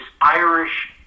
Irish